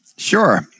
Sure